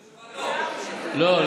התשובה היא: לא.